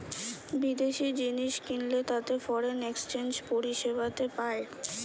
বিদেশি জিনিস কিনলে তাতে ফরেন এক্সচেঞ্জ পরিষেবাতে পায়